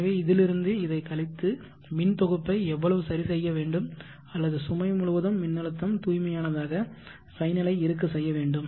எனவே இதிலிருந்து இதை கழித்து மின் தொகுப்பை எவ்வளவு சரிசெய்ய வேண்டும் அல்லது சுமை முழுவதும் மின்னழுத்தம் தூய்மையானதாக சைன் அலை இருக்க செய்ய வேண்டும்